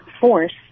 force